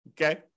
okay